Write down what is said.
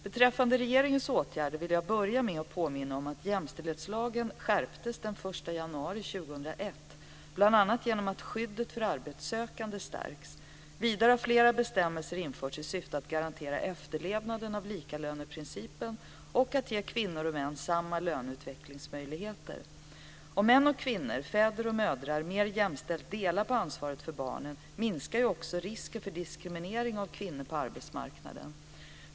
Beträffande regeringens åtgärder vill jag till att börja med påminna om att jämställdhetslagen skärptes den 1 januari 2001, bl.a. genom att skyddet för arbetssökande stärkts. Vidare har flera bestämmelser införts i syfte att garantera efterlevnaden av likalöneprincipen och att ge kvinnor och män samma löneutvecklingsmöjligheter. Om män och kvinnor, fäder och mödrar, mera jämställt delar på ansvaret för barnen minskar risken för diskriminering av kvinnor på arbetsmarknaden.